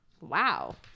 Wow